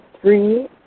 three